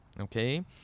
okay